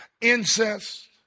incest